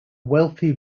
wealthy